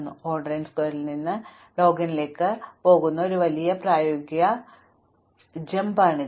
O n സ്ക്വയറിൽ നിന്ന് n log n ലേക്ക് പോകുന്ന ഒരു വലിയ പ്രായോഗിക ജമ്പാണിത്